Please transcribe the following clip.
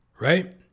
right